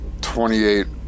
28